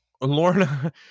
Lorna